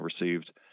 received